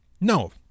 No